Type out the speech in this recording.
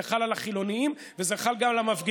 זה חל על החילונים וזה חל גם על המפגינים.